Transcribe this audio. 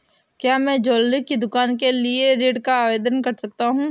क्या मैं ज्वैलरी की दुकान के लिए ऋण का आवेदन कर सकता हूँ?